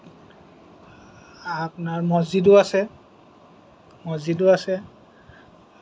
আপোনাৰ মছজিদো আছে মছজিদো আছে